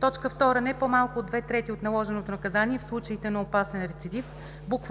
2. не по-малко от две трети от наложеното наказание в случаите на опасен рецидив.”;